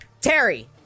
Terry